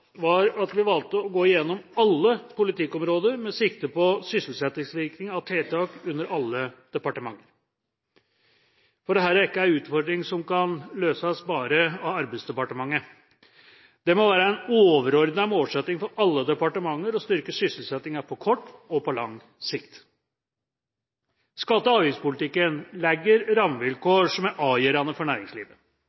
var at vi valgte å gå gjennom alle politikkområder med sikte på sysselsettingsvirkning av tiltak under alle departementer. Dette er ikke en utfordring som kan løses bare av Arbeidsdepartementet. Det må være en overordnet målsetting for alle departementer å styrke sysselsettingen på kort og på lang sikt. Skatte- og avgiftspolitikken legger